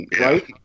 Right